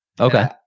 Okay